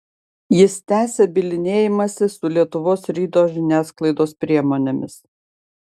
jis tęsia bylinėjimąsi su lietuvos ryto žiniasklaidos priemonėmis